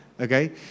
Okay